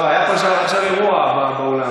לא, היה פה עכשיו אירוע באולם.